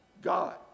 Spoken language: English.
God